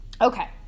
okay